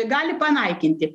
gali panaikinti